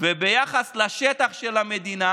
וביחס לשטח של המדינה,